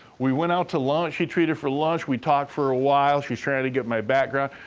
we went out to lunch, she treated for lunch, we talked for a while, she was trying to get my background.